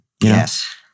Yes